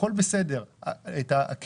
הכול בסדר, לא משנה.